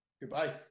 Goodbye